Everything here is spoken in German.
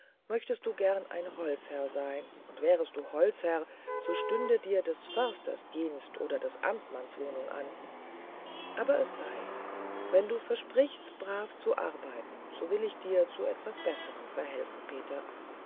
möchtest du gern ein holzherr sein und wärest du holzherr so stünde dir des försters dienst oder des amtmanns wohnung an aber es sei wenn du versprichst brav zu arbeiten so will ich dir zu etwas besserem verhelfen peter